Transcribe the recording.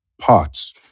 pots